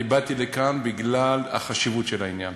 אני באתי לכאן בגלל החשיבות של העניין.